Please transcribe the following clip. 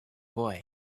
boy